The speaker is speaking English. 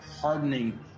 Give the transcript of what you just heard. hardening